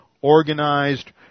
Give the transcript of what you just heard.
organized